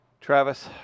Travis